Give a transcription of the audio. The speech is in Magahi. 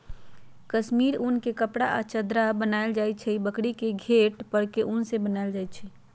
कस्मिर उन के कपड़ा आ चदरा बनायल जाइ छइ जे बकरी के घेट पर के उन से बनाएल जाइ छइ